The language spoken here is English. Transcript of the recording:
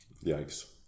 yikes